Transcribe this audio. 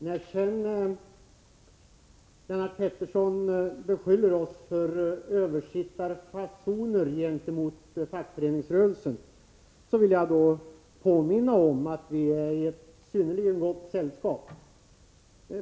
När sedan Lennart Pettersson beskyller oss för översittarfasoner gentemot fackföreningsrörelsen vill jag påminna om att vi är i synnerligen gott sällskap.